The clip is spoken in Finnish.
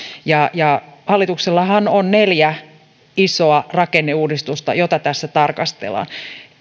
ja ja hallituksellahan on neljä isoa rakenneuudistusta joita tässä tarkastellaan